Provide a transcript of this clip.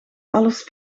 alles